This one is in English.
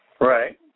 Right